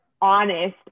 honest